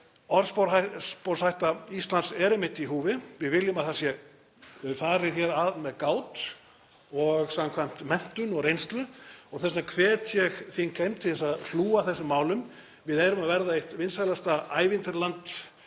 Orðspor Íslands er einmitt í húfi. Við viljum að farið sé að með gát og samkvæmt menntun og reynslu. Þess vegna hvet ég þingheim til að hlúa að þessum málum. Við erum að verða eitt vinsælasta ævintýraland